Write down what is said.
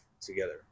together